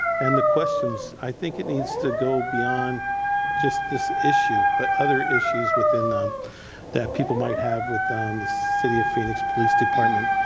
and the questions i think it needs to go beyond just this issue, but other issues within, that people might have with um the city of phoenix police department.